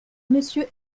monsieur